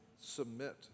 submit